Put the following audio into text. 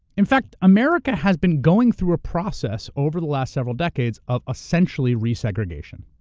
in fact, america has been going through a process over the last several decades of essentially resegregation.